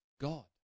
God